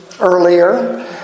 earlier